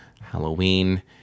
Halloween